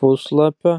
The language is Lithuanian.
puslapio